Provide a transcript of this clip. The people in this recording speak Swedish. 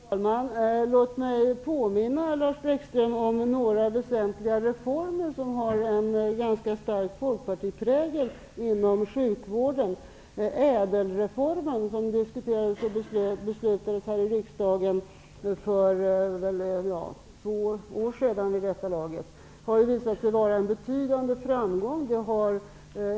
Fru talman! Låt mig påminna Lars Bäckström om några väsentliga sjukvårdsreformer som har en ganska stark folkpartiprägel. För ungefär två år sedan diskuterade riksdagen och fattade beslut om ÄDEL-reformen. Den har visat sig ha en betydande framgång.